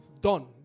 Done